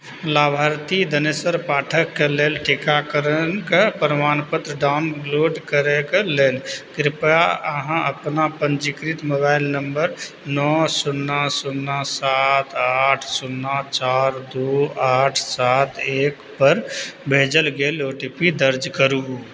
लाभार्थी धनेश्वर पाठकके लेल टीकाकरणके प्रमाणपत्र डाउनलोड करैके लेल कृपया अहाँ अपना पंजीकृत मोबाइल नंबर नओ शुन्ना शुन्ना सात आठ शुन्ना चारि दू आठ सात एक पर भेजल गेल ओ टी पी दर्ज करु